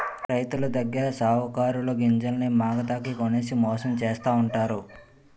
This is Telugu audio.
రైతులదగ్గర సావుకారులు గింజల్ని మాగతాకి కొనేసి మోసం చేస్తావుంటారు